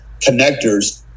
connectors